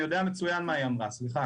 אני יודע מצוין מה היא אמרה, סליחה.